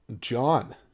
John